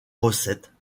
recettes